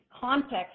context